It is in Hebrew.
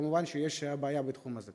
ומובן שיש בעיה בתחום הזה.